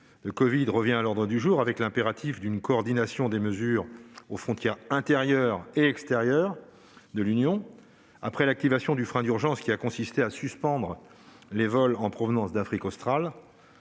de covid-19 revient à l'ordre du jour et, avec lui, l'impératif d'une coordination des mesures aux frontières intérieures et extérieures de l'Union, après l'activation du frein d'urgence qui a consisté à suspendre les vols en provenance d'Afrique australe.